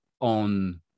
on